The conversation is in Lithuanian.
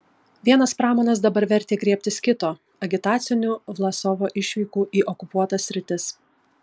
vienas pramanas dabar vertė griebtis kito agitacinių vlasovo išvykų į okupuotas sritis